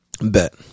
Bet